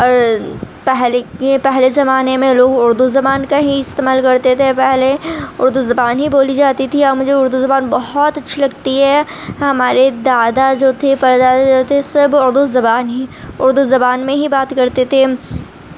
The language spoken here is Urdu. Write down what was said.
اور پہلے کے یہ پہلے زمانے میں لوگ اُردو زبان کا ہی استعمال کرتے تھے پہلے اُردو زبان ہی بولی جاتی تھی اور مجھے اُردو زبان بہت اچھی لگتی ہے ہمارے دادا جو تھے پردادا جو تھے سب اُردو زبان ہی اُردو زبان میں ہی بات کرتے تھے